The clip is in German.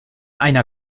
einer